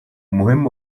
مهم